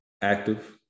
active